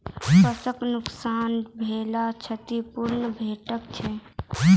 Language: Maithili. फसलक नुकसान भेलाक क्षतिपूर्ति भेटैत छै?